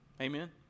Amen